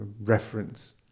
reference